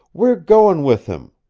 we're goin' with him.